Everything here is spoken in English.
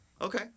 Okay